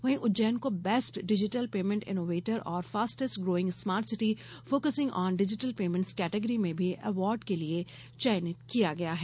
वहीं उज्जैन को best digital payment innovator और fastest growing smart city focusing on digital payments category में भी अवार्ड के लिये चयनित किया गया है